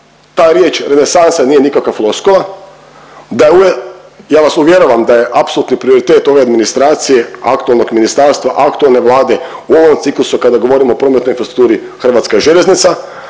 ta riječ renesansa nije nikakva floskula, da vas uvjeravam da je apsolutni prioritet ove administracije aktualnog ministarstva, aktualne Vlade. U ovom ciklusu kada govorimo o prometnoj infrastrukturi Hrvatska željeznica